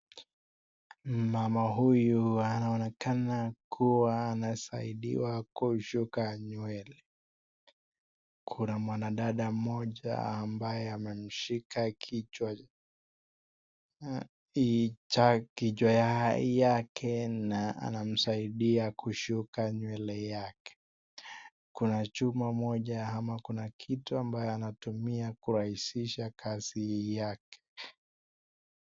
Mama huyu anaonekana kuwa anasaidiwa kushuka nywele. Kuna mwanadada mmoja ambaye amemshika kichwa hii kichwa yake na anamsaidia kushuka nywele yake. Kuna chuma moja ama kuna kitu ambayo anatumia kurahisisha kazi yake.